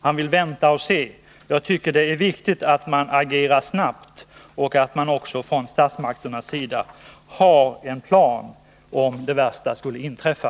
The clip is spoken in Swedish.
Han vill vänta och se vad som kommer att hända, men jag tycker att det är viktigt att man agerar snabbt och att statsmakterna har en plan för den händelse att det värsta skulle inträffa.